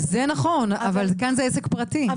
זה נכון, אבל כאן זה עסק פרטי.